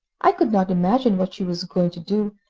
i could not imagine what she was going to do,